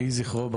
יהי זכרו ברוך.